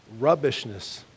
Rubbishness